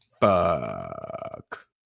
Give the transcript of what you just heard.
Fuck